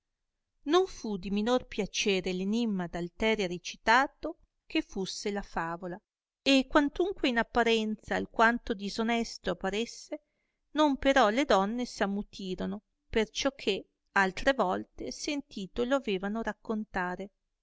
non fu di minor piacere l enimma d'alteria recitato che fusse la favola e quantunque in apparenza alquanto disonesto apparesse non però le donne s'ammutirono perciò che altre volte sentito lo avevano raccontare